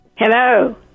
Hello